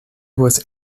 was